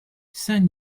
saint